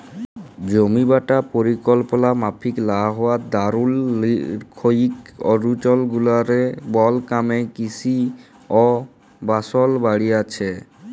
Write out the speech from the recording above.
জমিবাঁটা পরিকল্পলা মাফিক লা হউয়ার দরুল লিরখ্খিয় অলচলগুলারলে বল ক্যমে কিসি অ আবাসল বাইড়হেছে